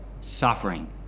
suffering